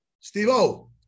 Steve-O